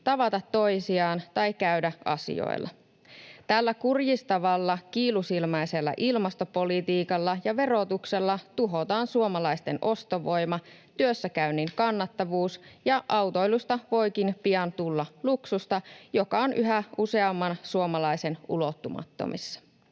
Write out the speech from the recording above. tavata toisiaan tai käydä asioilla. Tällä kurjistavalla, kiilusilmäisellä ilmastopolitiikalla ja verotuksella tuhotaan suomalaisten ostovoima ja työssäkäynnin kannattavuus, ja autoilusta voikin pian tulla luksusta, joka on yhä useamman suomalaisen ulottumattomissa.